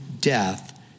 death